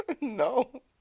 No